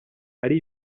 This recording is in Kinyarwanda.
ari